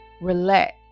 relax